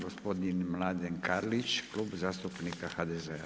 Gospodin Mladen Karlić, Klub zastupnika HDZ-a.